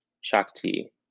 shakti